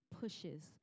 pushes